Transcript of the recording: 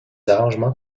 arrangements